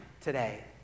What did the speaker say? today